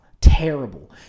terrible